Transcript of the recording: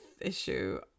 issue